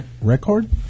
Record